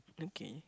okay